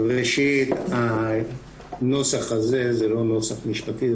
ראשית, הנוסח הזה הוא לא נוסח משפטי.